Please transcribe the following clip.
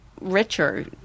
richer